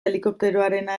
helikopteroarena